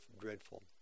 dreadful